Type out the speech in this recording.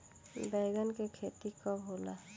बैंगन के खेती कब होला?